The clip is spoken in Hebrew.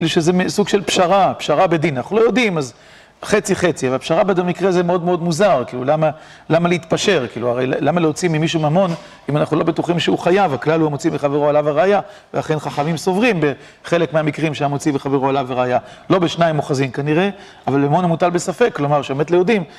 כאילו שזה סוג של פשרה, פשרה בדין. אנחנו לא יודעים, אז חצי חצי. והפשרה בדו-מקרה זה מאוד מאוד מוזר, כאילו למה להתפשר? כאילו הרי למה להוציא ממישהו ממון, אם אנחנו לא בטוחים שהוא חייב, הכלל הוא המוציא מחברו עליו הראייה, ואכן חכמים סוברים בחלק מהמקרים שהם הוציאו מחברו עליו הראייה. לא בשניים אוחזים כנראה, אבל ממון המוטל בספק. כלומר, שאמת ליהודים.